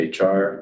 HR